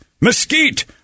mesquite